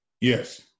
Yes